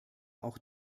auch